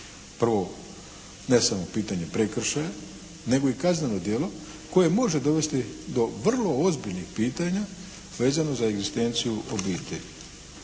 prvo ne samo pitanje prekršaja nego i kazneno djelo koje može dovesti do vrlo ozbiljnih pitanja vezano za egzistenciju obitelji.